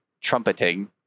Trumpeting